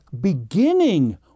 beginning